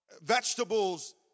vegetables